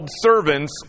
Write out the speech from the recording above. servants